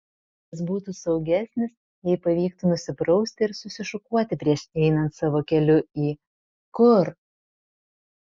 jis būtų saugesnis jei pavyktų nusiprausti ir susišukuoti prieš einant savo keliu į kur